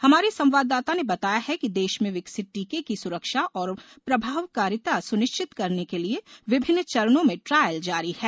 हमारे संवाददाता ने बताया है कि देश में विकसित टीके की सुरक्षा और प्रभावकारिता सुनिश्चित करने के लिए विभिन्न चरणों में ट्रायल जारी हैं